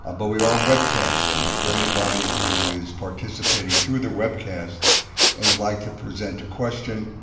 ah but we are webcasting. and for anybody who is participating through the webcast and would like to present a question,